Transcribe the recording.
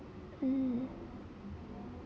mm